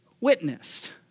witnessed